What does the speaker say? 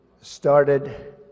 started